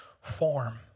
form